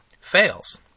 fails